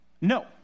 No